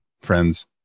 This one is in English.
friends